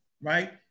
right